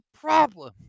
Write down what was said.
problem